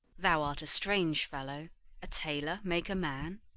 thou art a strange fellow a tailor make a man?